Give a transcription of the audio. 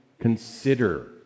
consider